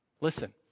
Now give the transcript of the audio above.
Listen